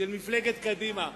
של מפלגת קדימה.